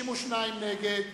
62 נגד,